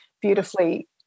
beautifully